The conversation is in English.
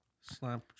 Slap